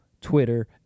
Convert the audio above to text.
Twitter